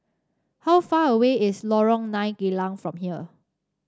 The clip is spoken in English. how far away is Lorong Nine Geylang from here